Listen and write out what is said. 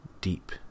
deep